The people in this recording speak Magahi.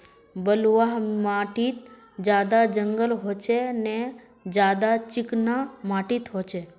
बलवाह माटित ज्यादा जंगल होचे ने ज्यादा चिकना माटित होचए?